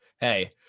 hey